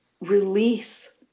release